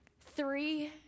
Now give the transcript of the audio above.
Three